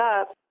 Up